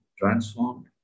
transformed